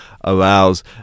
allows